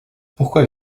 pourquoi